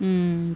mm